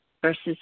Versus